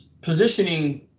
positioning